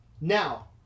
Now